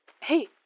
Hey